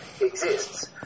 exists